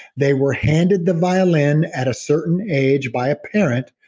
they were handed the violin at a certain age by a parent,